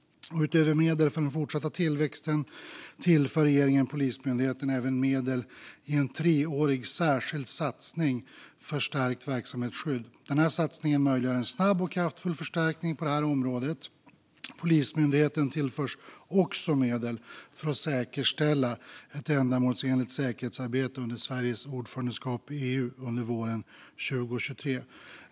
Utöver medel för fortsatt tillväxt tillför regeringen Polismyndigheten medel i en treårig särskild satsning för stärkt verksamhetsskydd. Satsningen möjliggör en snabb och kraftfull förstärkning på detta område. Polismyndigheten tillförs också medel för att säkerställa ett ändamålsenligt säkerhetsarbete under Sveriges ordförandeskap i EU under våren 2023.